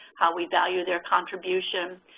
how we value their contribution.